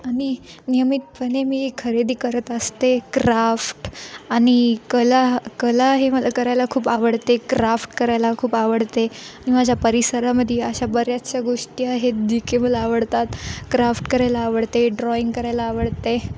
आणि नियमितपणे मी ही खरेदी करत असते क्राफ्ट आणि कला कला हे मला करायला खूप आवडते क्राफ्ट करायला खूप आवडते माझ्या परिसरामध्ये अशा बऱ्याचशा गोष्टी आहेत जी काही मला आवडतात क्राफ्ट करायला आवडते ड्रॉईंग करायला आवडते